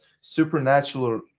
supernatural